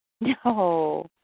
No